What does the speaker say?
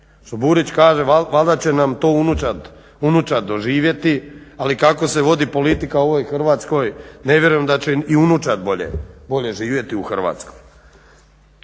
Burić valjda će nam to unučad doživjeti, ali kako se vodi politika u ovoj Hrvatskoj ne vjerujem da će i unučad bolje živjeti u Hrvatskoj.